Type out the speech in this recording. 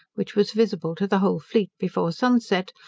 which was visible to the whole fleet before sunset,